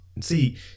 see